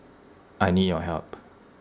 I need your help